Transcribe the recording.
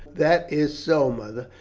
that is so, mother.